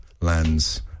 lands